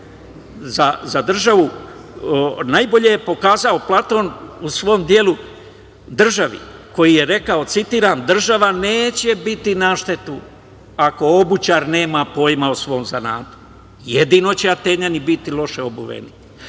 za državu, najbolje je pokazao Platon u svom delu „Država“, koji je rekao: „Država neće biti na štetu ako obućar nema pojma o svom zanatu, jedino će Atinjani biti loše obuveni,